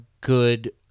good